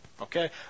okay